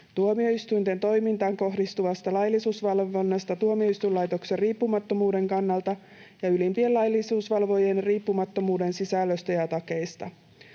tuomioistuinten toimintaan kohdistuvasta laillisuusvalvonnasta tuomioistuinlaitoksen riippumattomuuden kannalta ja ylimpien laillisuusvalvojien riippumattomuuden sisällöstä ja takeista.